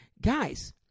guys